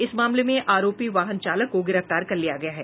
इस मामले में आरोपी वाहन चालक को गिरफ्तार कर लिया गया है